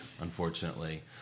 unfortunately